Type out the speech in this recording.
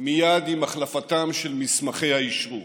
מייד עם החלפת מסמכי האשרור".